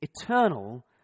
eternal